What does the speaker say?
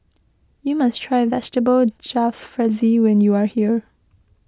you must try Vegetable Jalfrezi when you are here